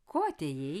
ko atėjai